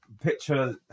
picture